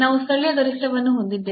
ನಾವು ಸ್ಥಳೀಯ ಗರಿಷ್ಠವನ್ನು ಹೊಂದಿದ್ದೇವೆ